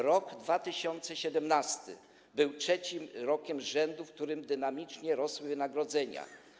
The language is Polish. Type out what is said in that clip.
Rok 2017 był trzecim rokiem z rzędu, w którym dynamicznie rosły wynagrodzenia.